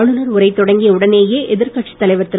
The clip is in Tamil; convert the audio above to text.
ஆளுநர் உரை தொடங்கிய உடனேயே எதிர்கட்சித் தலைவர்திரு